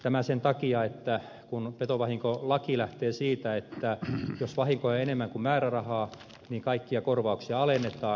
tämä sen takia kun petovahinkolaki lähtee siitä että jos vahinkoja on enemmän kuin määrärahaa niin kaikkia korvauksia alennetaan